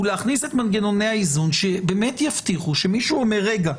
הוא להכניס את מנגנוני האיזון שבאמת יבטיחו שמישהו אומר: רגע,